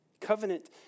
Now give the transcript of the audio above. Covenant